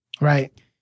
right